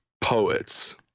poets